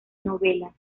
novelas